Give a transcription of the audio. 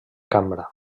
cambra